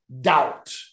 doubt